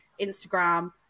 Instagram